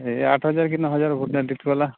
ଏ ଆଠ ହଜାର୍ କି ନଅ ହଜାର୍ ଭୋଟ୍ରେ ଜିତି ଗଲା